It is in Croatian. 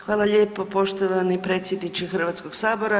Hvala lijepo poštovani predsjedniče Hrvatskog sabora.